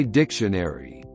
dictionary